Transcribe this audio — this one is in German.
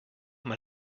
mal